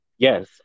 yes